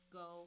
go